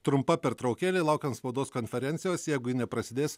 trumpa pertraukėlė laukiant spaudos konferencijos jeigu ji neprasidės